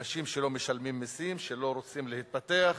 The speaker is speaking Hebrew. אנשים שלא משלמים מסים, שלא רוצים להתפתח.